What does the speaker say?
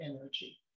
energy